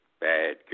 Bad